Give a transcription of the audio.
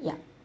ya